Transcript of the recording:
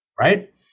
right